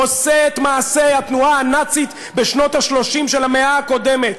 הוא עושה את מעשי התנועה הנאצית בשנות ה-30 של המאה הקודמת,